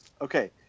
Okay